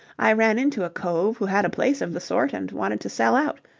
i ran into a cove who had a place of the sort and wanted to sell out.